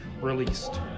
released